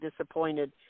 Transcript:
disappointed